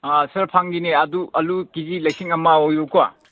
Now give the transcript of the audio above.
ꯁꯥꯔ ꯐꯪꯒꯅꯤ ꯑꯗꯨ ꯑꯥꯜꯂꯨ ꯀꯦ ꯖꯤ ꯂꯤꯁꯤꯡ ꯑꯃ ꯑꯣꯏꯌꯨꯀꯣ